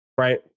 Right